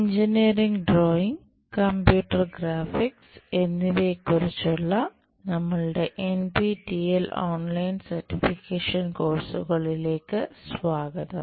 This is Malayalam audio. എഞ്ചിനീയറിംഗ് ഡ്രോയിംഗ് കമ്പ്യൂട്ടർ ഗ്രാഫിക്സ് എന്നിവയെക്കുറിച്ചുള്ള നമ്മളുടെ എൻപിടിഎൽ ഓൺലൈൻ സർട്ടിഫിക്കേഷൻ കോഴ്സുകളിലേക്ക് സ്വാഗതം